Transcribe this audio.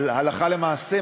אבל הלכה למעשה,